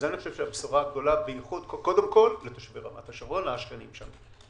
אני חושב שזו הבשורה הגדולה קודם כול לתושבי רמת השרון השכנים שם.